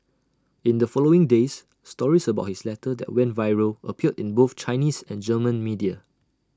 in the following days stories about his letter that went viral appeared in both Chinese and German media